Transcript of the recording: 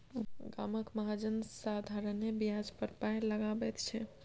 गामक महाजन साधारणे ब्याज पर पाय लगाबैत छै